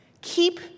Keep